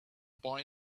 boy